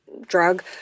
drug